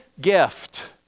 gift